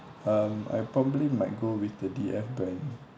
um I probably might go with the D F brand